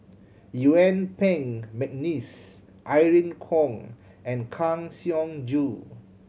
Yuen Peng McNeice Irene Khong and Kang Siong Joo